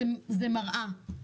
זאת מראה.